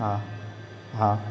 हां हां